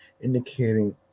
indicating